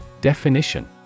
Definition